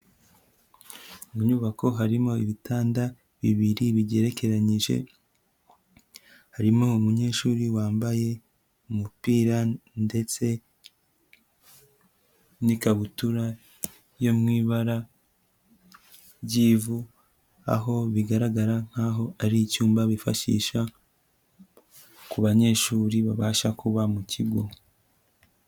Mu nyubako harimo ibitanda bibiri bigerekeranyije, harimo umunyeshuri wambaye umupira ndetse n'ikabutura yo mu ibara ry'ivu, aho bigaragara nkaho ari icyumba bifashisha ku banyeshuri babasha kuba mu kigo.